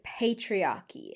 patriarchy